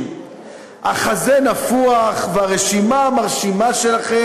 השר, בקואליציה המצומצמת,